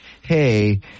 hey